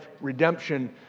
redemption